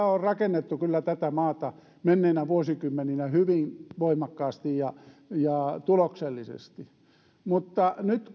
on rakennettu kyllä tätä maata menneinä vuosikymmeninä hyvin voimakkaasti ja ja tuloksellisesti mutta nyt